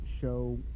show